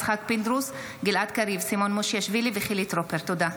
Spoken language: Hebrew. התקבלה בקריאה שנייה ושלישית ותיכנס לספר החוקים.